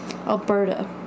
Alberta